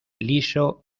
liso